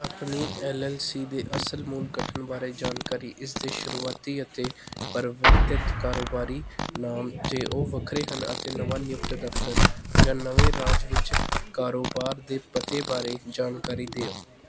ਆਪਣੀ L I C ਦੇ ਅਸਲ ਮੂਲ ਗਠਨ ਬਾਰੇ ਜਾਣਕਾਰੀ ਇਸ ਦੇ ਸ਼ੁਰੂਆਤੀ ਅਤੇ ਪਰਿਵਰਤਿਤ ਕਾਰੋਬਾਰੀ ਨਾਮ ਜੇ ਉਹ ਵੱਖਰੇ ਹਨ ਅਤੇ ਨਵਾਂ ਨਿਯੁਕਤ ਦਫ਼ਤਰ ਜਾਂ ਨਵੇਂ ਰਾਜ ਵਿੱਚ ਕਾਰੋਬਾਰ ਦੇ ਪਤੇ ਬਾਰੇ ਜਾਣਕਾਰੀ ਦਿਓ